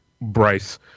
Bryce